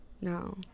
No